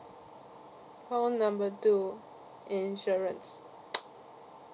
call number two insurance